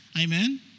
amen